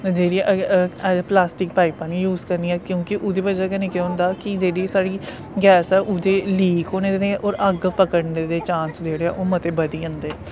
जेह्ड़ी ऐ प्लास्टिक पाइपां नी यूज करनियां क्योंकि उदी बजह कन्नै केह् हुंदा कि जेह्ड़ी स्हाड़ी गैस ऐ उदे लीक होने और अग्ग पकड़ने दे चांस जेह्ड़े ऐ ओह् मते बधी जंदे